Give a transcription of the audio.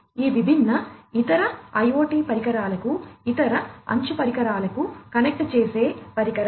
ఈ విభిన్న ఇతర IoT పరికరాలకు ఇతర అంచు పరికరాలకు కనెక్ట్ చేసే పరికరం